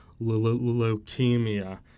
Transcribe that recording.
leukemia